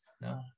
No